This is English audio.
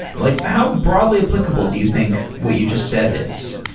like how broadly applicable do you think what you just said is?